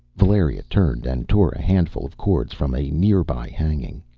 valeria turned and tore a handful of cords from a near-by hanging.